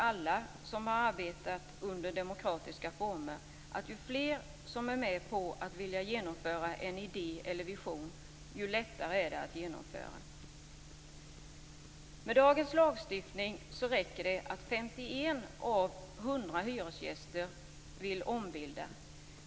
Alla som arbetar under demokratiska former vet att ju fler som är med på att genomföra en idé eller vision, desto lättare är det att genomföra idén eller visionen. Med dagens lagstiftning räcker det att 51 av 100 hyresgäster vill ombilda.